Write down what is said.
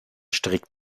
strick